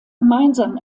gemeinsam